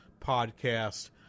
podcast